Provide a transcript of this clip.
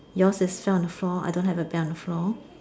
yours is sit on the floor I don't have to bed on the floor